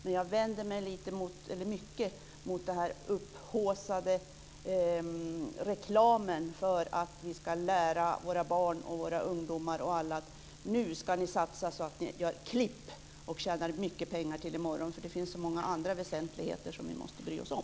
Men jag vänder mig mycket mot den upphaussade reklamen för att vi ska lära våra barn och ungdomar att de ska satsa så att de gör klipp och tjänar mycket pengar till i morgon, för det finns så många andra väsentligheter som vi måste bry oss om.